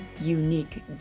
unique